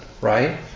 right